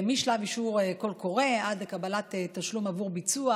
משלב אישור קול קורא עד לקבלת תשלום עבור ביצוע,